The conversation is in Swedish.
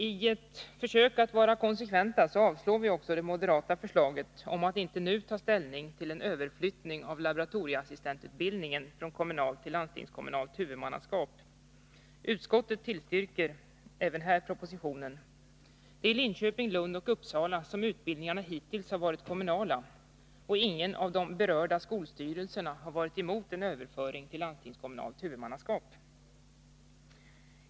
I ett försök att vara konsekventa avstyrker vi också det moderata förslaget om att inte nu ta ställning till en överflyttning av laboratorieassistentutbildningen från kommunalt till landstingskommunalt huvudmannaskap. Utskottet tillstyrker även här propositionen. Det är i Linköping, Lund och Uppsala som utbildningarna hittills varit kommunala. Ingen av de berörda skolstyrelserna har varit emot en överföring till landstingskommunalt huvudmannaskap.